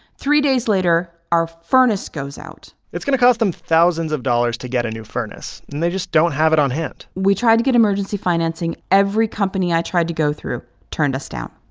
three days later, our furnace goes out it's going to cost them thousands of dollars to get a new furnace and they just don't have it on hand we tried to get emergency financing. every company i tried to go through turned us down.